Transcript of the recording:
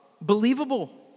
believable